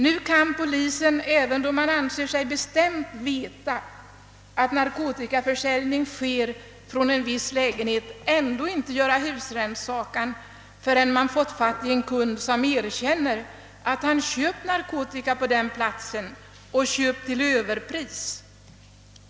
Nu kan polisen, även då man anser sig bestämt veta att narkotikaförsäljning sker från en viss lägenhet, ändå inte göra husrannsakan förrän man fått fatt i en kund, som erkänner att han köpt narkotika på den platsen och köpt till överpris.